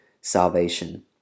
salvation